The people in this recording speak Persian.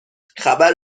خبر